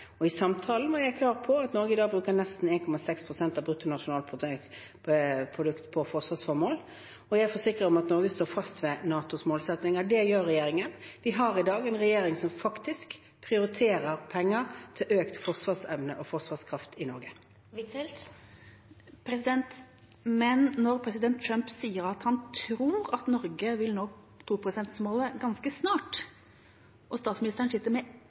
og i samtalen var jeg klar på at Norge i dag bruker nesten 1,6 pst. av brutto nasjonalprodukt på forsvarsformål. Jeg forsikret om at Norge står fast ved NATOs målsettinger. Det gjør regjeringen. Vi har i dag en regjering som faktisk prioriterer penger til økt forsvarsevne og forsvarskraft i Norge. Men når president Trump sier at han tror Norge vil nå 2-prosentmålet ganske snart, og statsministeren sitter med